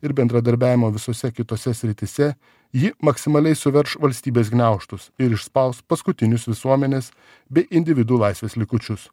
ir bendradarbiavimo visose kitose srityse ji maksimaliai suverš valstybės gniaužtus ir išspaus paskutinius visuomenės bei individų laisvės likučius